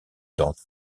dans